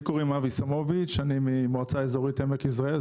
אני ממועצה אזורית עמק יזרעאל,